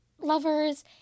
lovers